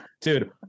dude